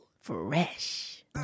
Fresh